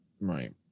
Right